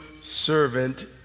servant